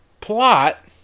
plot